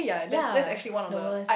ya the worst